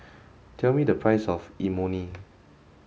tell me the price of Imoni